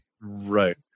right